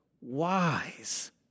wise